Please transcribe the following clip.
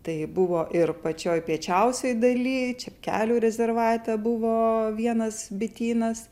tai buvo ir pačioj piečiausioj daly čepkelių rezervate buvo vienas bitynas